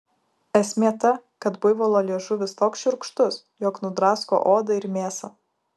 esmė ta kad buivolo liežuvis toks šiurkštus jog nudrasko odą ir mėsą